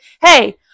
hey